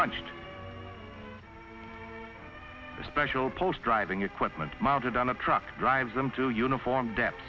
punched a special post driving equipment mounted on a truck drives them to uniform depth